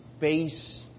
base